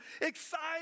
excited